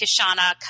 Kishana